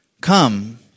Come